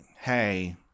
hey